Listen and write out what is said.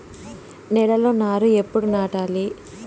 నేలలో నారు ఎప్పుడు నాటాలి?